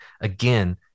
Again